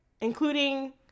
including